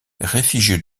réfugiées